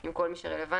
עם כל מי שרלוונטי.